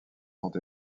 sont